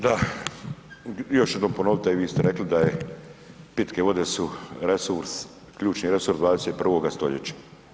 Da, još jednom ću ponovit, a i vi ste rekli da je pitke vode su resurs, ključni resurs 21. stoljeća.